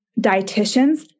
dietitians